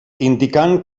indicant